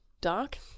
dark